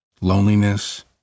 loneliness